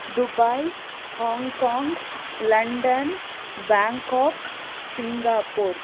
Dubai Hong Kong London Bangkok Singapore